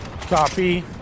copy